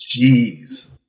Jeez